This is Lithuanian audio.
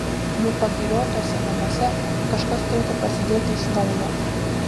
jų pagiriotuose namuose kažkas turėtų prasidėti iš naujo